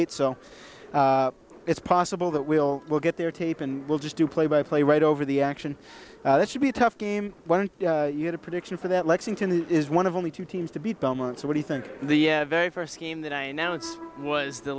eight so it's possible that we'll we'll get there tape and we'll just do a play by play right over the action that should be a tough game why don't you get a prediction for that lexington is one of only two teams to beat belmont so what do you think the very first game that i announce was the